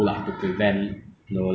what is one thing that you wish